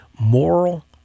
moral